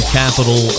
capital